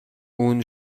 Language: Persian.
اون